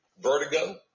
vertigo